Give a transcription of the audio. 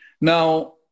Now